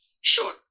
Sure